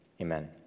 amen